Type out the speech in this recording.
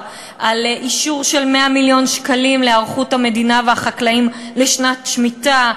על אישור של 100 מיליון שקלים להיערכות המדינה והחקלאים לשנת שמיטה.